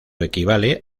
equivale